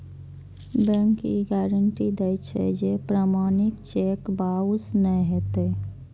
bank ई guarantee दै छै, जे प्रमाणित चेक बाउंस नै हेतै